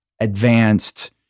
advanced